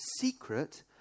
secret